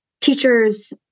teachers